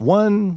one